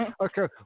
Okay